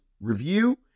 review